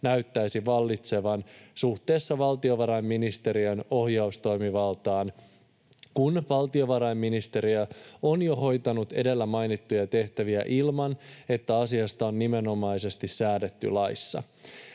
näyttäisi vallitsevan suhteessa valtiovarainministeriön ohjaustoimivaltaan, kun valtiovarainministeriö on jo hoitanut edellä mainittuja tehtäviä ilman, että asiasta on nimenomaisesti säädetty laissa.